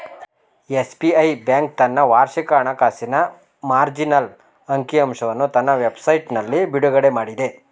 SBI bank ತನ್ನ ವಾರ್ಷಿಕ ಹಣಕಾಸಿನ ಮಾರ್ಜಿನಲ್ ಅಂಕಿ ಅಂಶವನ್ನು ತನ್ನ ವೆಬ್ ಸೈಟ್ನಲ್ಲಿ ಬಿಡುಗಡೆಮಾಡಿದೆ